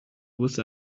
with